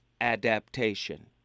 adaptation